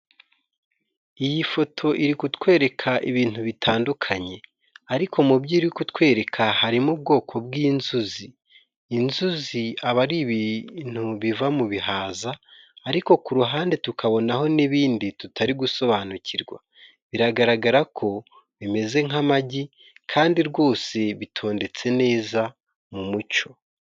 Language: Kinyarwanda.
Iyi foto iri kutwereka ibintu bitandukanye, ariko mu byo iri kutwereka harimo ubwoko bw'inzuzi. Inzuzi aba ari ibintu biva mu bihaza, ariko ku ruhande tukabonaho n'ibindi tutari gusobanukirwa. Biragaragara ko bimeze nk'amagi kandi rwose bitondetse neza mu mucyo.